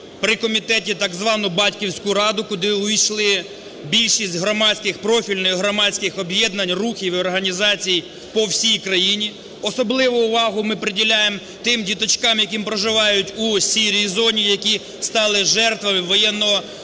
при комітеті так звану батьківську раду, куди увійшли більшість громадських, профільних громадських об'єднань, рухів і організацій по всій країні. Особливу увагу ми приділяємо тим діточкам, які проживають у "сірій зоні", які стали жертвами воєнного конфлікту,